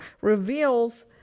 reveals